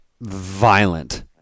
violent